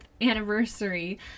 anniversary